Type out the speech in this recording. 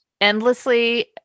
endlessly